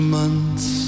months